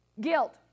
Guilt